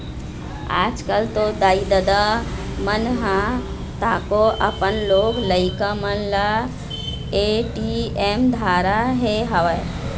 आजकल तो दाई ददा मन ह तको अपन लोग लइका मन ल ए.टी.एम धरा दे हवय